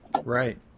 Right